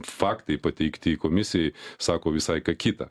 faktai pateikti komisijai sako visai ką kita